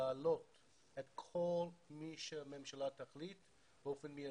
להעלות את כל מי שהממשלה תחליט באופן מיידי.